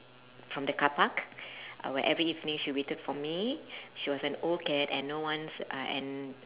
from the carpark uh every evening she waited for me she was an old cat and no one's uh and